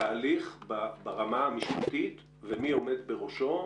האם מתקיים תהליך ברמה המשפטית ומי עומד בראשו?